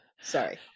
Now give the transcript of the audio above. Sorry